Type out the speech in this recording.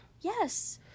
Yes